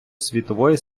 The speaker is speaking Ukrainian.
світової